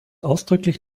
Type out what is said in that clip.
ausdrücklich